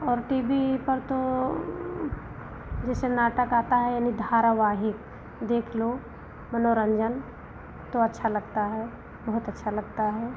और TV पर तो जैसे नाटक आता है यानी धारावाहिक देख लो मनोरन्जन तो अच्छा लगता है बहुत अच्छा लगता है